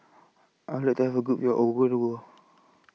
I Would like to Have A Good View of Ouagadougou